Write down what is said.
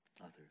others